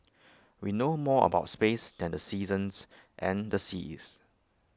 we know more about space than the seasons and the seas